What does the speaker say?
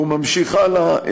והוא ממשיך הלאה,